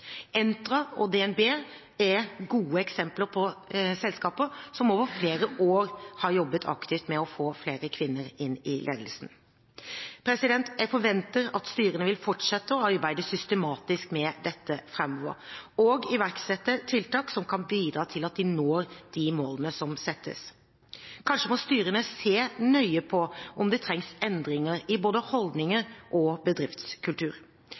Entra og DNB er gode eksempler på selskaper som over flere år har jobbet aktivt med å få flere kvinner inn i ledelsen. Jeg forventer at styrene vil fortsette å arbeide systematisk med dette framover, og iverksetter tiltak som kan bidra til at de når de målene som settes. Kanskje må styrene se nøye på om det trengs endringer i både holdninger og bedriftskultur.